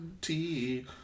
tea